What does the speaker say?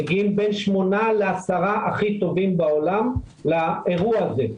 מגיעים בין שמונה לעשרה הכי טובים בעולם לאירוע הזה.